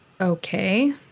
Okay